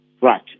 Right